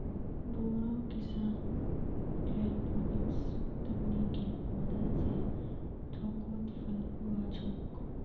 बोरो किसान एयरोपोनिक्स तकनीकेर मदद स थोकोत फल उगा छोक